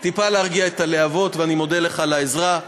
טיפה להרגיע את הלהבות, ואני מודה לך על העזרה.